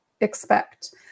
expect